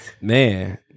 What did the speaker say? Man